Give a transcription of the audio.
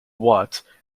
watt